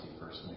first